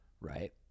right